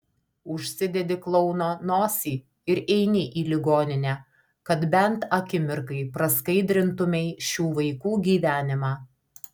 užsidedi klouno nosį ir eini į ligoninę kad bent akimirkai praskaidrintumei šių vaikų gyvenimą